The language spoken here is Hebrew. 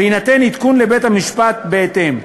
ויינתן עדכון לבית-המשפט בהתאם.